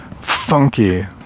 funky